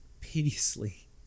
piteously